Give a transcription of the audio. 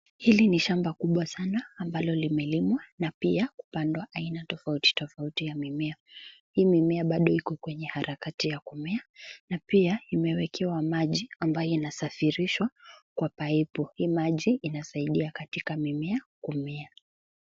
Hili ni shamba kubwa sana ambalo limelimwa na pia kupandwa aina tofauti tofauti ya mimea. Hii mimea bado iko kwenye harakati ya kumea na pia imewekewa maji ambayo inasafirishwa kwa paipu. Hii maji inasaidia katika mimea kumea.